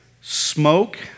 smoke